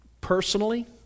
personally